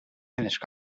finished